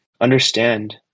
understand